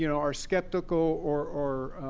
you know are skeptical or or